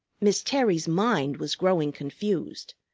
miss terry's mind was growing confused.